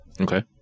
Okay